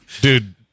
dude